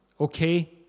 Okay